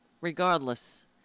Regardless